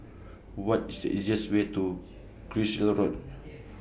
What IS The easiest Way to Carlisle Road